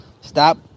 stop